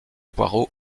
poirot